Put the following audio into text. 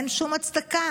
אין שום הצדקה,